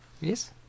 Yes